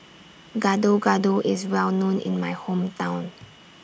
Gado Gado IS Well known in My Hometown